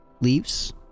leaves